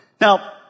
Now